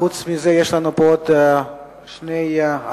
חוץ מזה יש לנו פה עוד שתי הצעות,